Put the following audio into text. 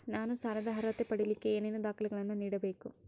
ನಾನು ಸಾಲದ ಅರ್ಹತೆ ಪಡಿಲಿಕ್ಕೆ ಏನೇನು ದಾಖಲೆಗಳನ್ನ ನೇಡಬೇಕು?